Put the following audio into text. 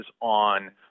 on